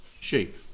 sheep